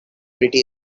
pretty